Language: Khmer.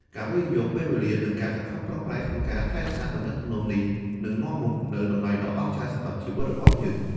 ការវិនិយោគពេលវេលា និងការខិតខំប្រឹងប្រែងក្នុងការថែរក្សាទំនាក់ទំនងទាំងនេះ នឹងនាំមកនូវតម្លៃដ៏អស្ចារ្យសម្រាប់ជីវិតរបស់យើង។